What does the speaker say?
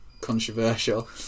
controversial